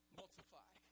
multiply